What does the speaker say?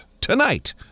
tonight